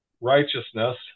righteousness